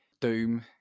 Doom